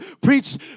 preach